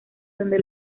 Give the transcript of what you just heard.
donde